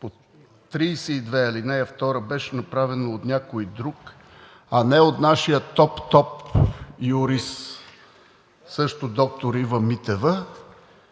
чл. 32, ал. 2 беше направено от някой друг, а не от нашия топ, топ юрист, а също доктор – Ива Митева,